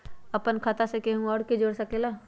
अपन खाता मे केहु आर के जोड़ सके ला?